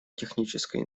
техническое